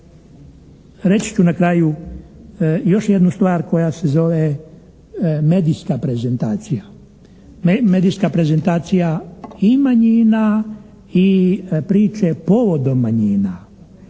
Reći ću na kraju još jednu stvar koja se zove medijska prezentacija. Medijska prezentacija i manjina i priče povodom manjina.